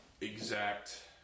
exact